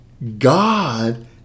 God